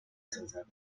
سازد